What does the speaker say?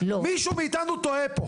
מישהו מאיתנו טועה פה.